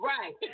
Right